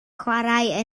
chwarae